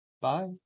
Bye